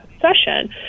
session